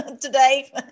today